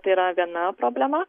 tai yra viena problema